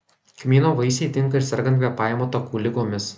kmyno vaisiai tinka ir sergant kvėpavimo takų ligomis